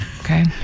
Okay